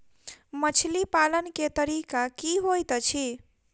मछली पालन केँ तरीका की होइत अछि?